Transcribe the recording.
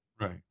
Right